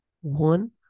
one